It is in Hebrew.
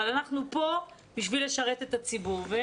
אבל אנחנו פה בשביל לשרת את הציבור.